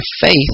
faith